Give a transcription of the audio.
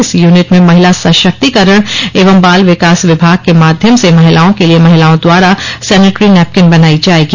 इस यूनिट में महिला सशक्तिकरण एवं बाल विकास विभाग के माध्यम से महिलाओं के लिए महिलाओं द्वारा सैनेटरी नैपकिन बनाई जायेगी